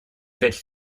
fitch